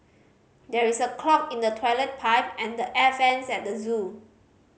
there is a clog in the toilet pipe and the air vents at the zoo